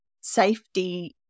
safety